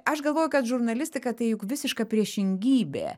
aš galvoju kad žurnalistika tai juk visiška priešingybė